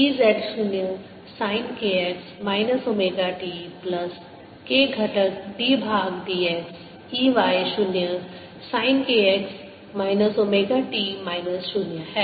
E z 0 sine k x minus omega t plus k घटक d भाग dx E y 0 sine k x minus omega t minus 0 है